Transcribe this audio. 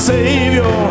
Savior